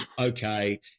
Okay